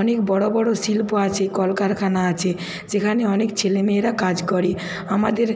অনেক বড়ো বড়ো শিল্প আছে কলকারখানা আছে যেখানে অনেক ছেলে মেয়েরা কাজ করে আমাদের